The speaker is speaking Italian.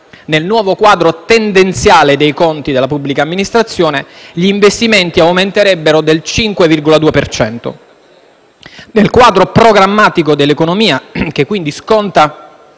Nel nuovo quadro tendenziale dei conti della pubblica amministrazione, gli investimenti aumenterebbero del 5,2 per cento. Nel quadro programmatico dell'economia, che quindi sconta